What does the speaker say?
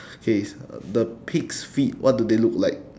okay is uh the pig's feet what do they look like